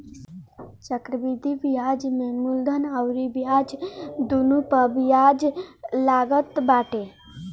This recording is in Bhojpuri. चक्रवृद्धि बियाज में मूलधन अउरी ब्याज दूनो पअ बियाज लागत बाटे